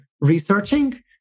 researching